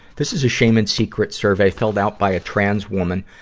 this is a shame and secret survey filled out by a transwoman,